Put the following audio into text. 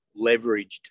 leveraged